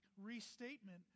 restatement